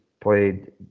played